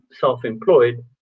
self-employed